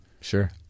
Sure